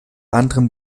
anderem